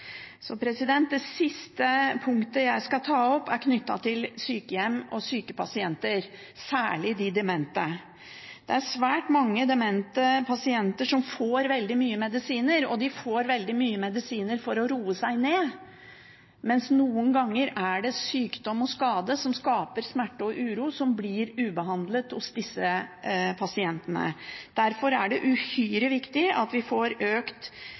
Det siste punktet jeg skal ta opp, er knyttet til sykehjem og syke pasienter, særlig de demente. Det er svært mange demente pasienter som får veldig mye medisiner, og de får veldig mye medisiner for å roe seg ned, men noen ganger er det sykdom og skade, som skaper smerte og uro, som blir ubehandlet hos disse pasientene. Derfor er det uhyre viktig at vi får økt